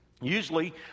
usually